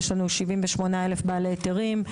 יש לנו 78,000 בעלי היתרים.